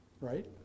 Right